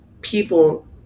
people